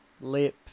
Lip